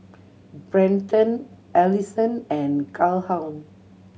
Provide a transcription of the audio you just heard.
Brenton Alyson and Calhoun